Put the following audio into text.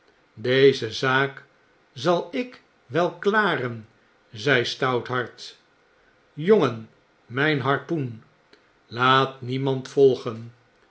deze zaak zal ik welklaren zei stouthart jongen mjjn harpoen laatniem and volgen